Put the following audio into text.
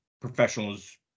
professionals